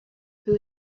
who